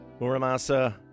Muramasa